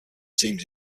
teams